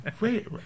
wait